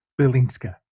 Belinska